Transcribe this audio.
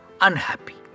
unhappy